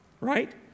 right